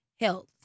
health